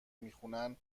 میخونن